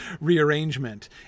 rearrangement